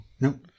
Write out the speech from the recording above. Nope